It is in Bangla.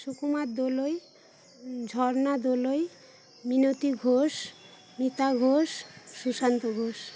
সুকুমার দলুই ঝর্না দলুই মিনতি ঘোষ মিতা ঘোষ সুশান্ত ঘোষ